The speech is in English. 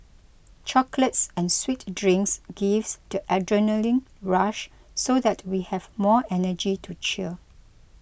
chocolates and sweet drinks gives the adrenaline rush so that we have more energy to cheer